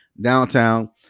downtown